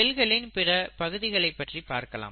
செல்களின் பிற பகுதிகளைப் பற்றி பார்க்கலாம்